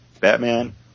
Batman